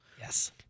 Yes